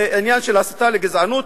זה עניין של הסתה לגזענות,